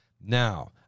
Now